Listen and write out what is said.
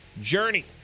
Journey